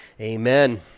Amen